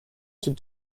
going